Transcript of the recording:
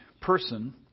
person